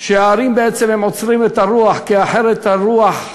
שההרים בעצם עוצרים את הרוח, כי אחרת הרוח,